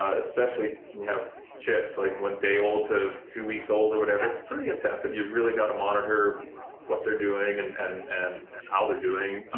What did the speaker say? especially when you have chicks like one day old to two weeks old or whatever, it's pretty intensive, you really gotta monitor what they're doing and and and and how they're doing.